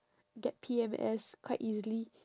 get P_M_S quite easily